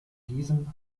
diesem